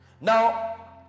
now